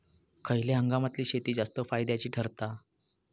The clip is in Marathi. खयल्या हंगामातली शेती जास्त फायद्याची ठरता?